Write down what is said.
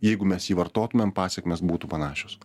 jeigu mes jį vartotumėm pasekmės būtų panašios